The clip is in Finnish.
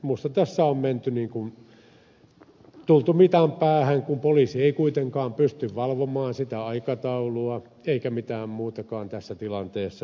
minusta tässä on tultu mitan päähän kun poliisi ei kuitenkaan pysty valvomaan sitä aikataulua eikä mitään muutakaan tässä tilanteessa